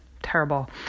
terrible